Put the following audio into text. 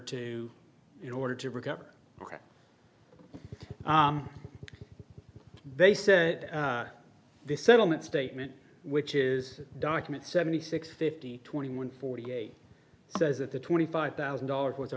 to in order to recover ok they said the settlement statement which is document seventy six fifty twenty one forty eight says that the twenty five thousand dollars w